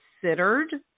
considered